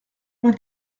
vingt